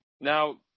Now